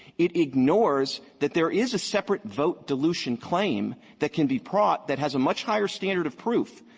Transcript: it ignores that there is a separate vote dilution claim that can be brought that has a much higher standard of proof,